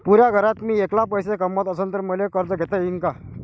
पुऱ्या घरात मी ऐकला पैसे कमवत असन तर मले कर्ज घेता येईन का?